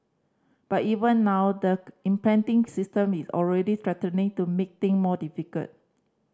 but even now the impending system is already threatening to make thing more difficult